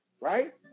right